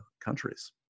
countries